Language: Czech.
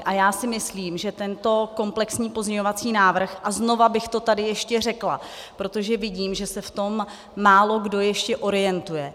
A já si myslím, že tento komplexní pozměňovací návrh a znova bych to tady ještě řekla, protože vidím, že se v tom málokdo ještě orientuje.